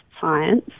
science